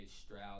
Stroud